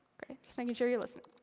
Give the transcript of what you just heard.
great. just making sure you listen.